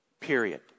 Period